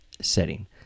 Setting